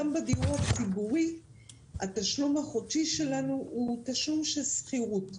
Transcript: גם בדיור הציבורי התשלום החודשי שלנו הוא תשלום של שכירות.